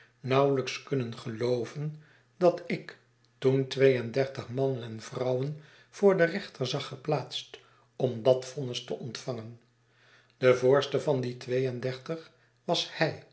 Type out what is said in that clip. nauwelijks kunnen gelooven dat ik toen twee en dertig mannen en vrouwen voor den reenter zag geplaatst om dat vonnis te ontvangen de voorste van die twee en dertig was